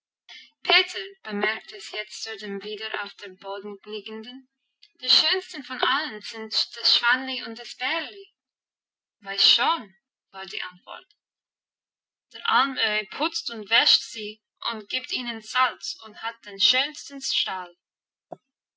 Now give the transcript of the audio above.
peter bemerkte es jetzt zu dem wieder auf dem boden liegenden die schönsten von allen sind das schwänli und das bärli weiß schon war die antwort der alm öhi putzt und wäscht sie und gibt ihnen salz und hat den schönsten